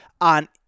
on